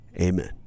amen